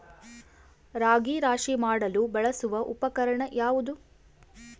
ರಾಗಿ ರಾಶಿ ಮಾಡಲು ಬಳಸುವ ಉಪಕರಣ ಯಾವುದು?